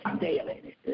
daily